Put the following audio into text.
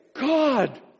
God